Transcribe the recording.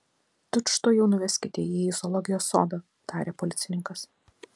tučtuojau nuveskite jį į zoologijos sodą tarė policininkas